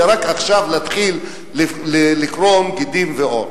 ורק עכשיו להתחיל לקרום גידים ועור.